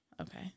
okay